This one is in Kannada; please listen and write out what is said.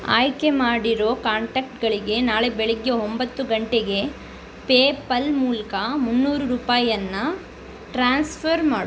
ಆಯ್ಕೆ ಮಾಡಿರೋ ಕಾಂಟ್ಯಾಕ್ಟ್ಗಳಿಗೆ ನಾಳೆ ಬೆಳಗ್ಗೆ ಒಂಬತ್ತು ಗಂಟೆಗೆ ಪೇಪಲ್ ಮೂಲಕ ಮುನ್ನೂರು ರೂಪಾಯಿಯನ್ನ ಟ್ರಾನ್ಸ್ಫರ್ ಮಾಡು